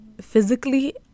physically